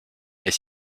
est